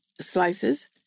slices